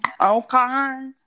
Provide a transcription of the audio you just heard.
Okay